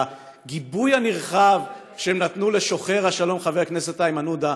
והגיבוי הנרחב שהם נתנו לשוחר השלום חבר הכנסת איימן עודה,